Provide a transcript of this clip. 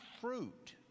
fruit